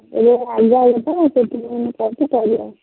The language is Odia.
ଏବେ ଆଦାୟ ହେଇଛି ସେଥିପାଇଁ ମୁଁ କହିଛି କରିବ